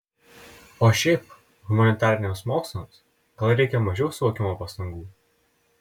o šiaip humanitariniams mokslams gal reikia mažiau suvokimo pastangų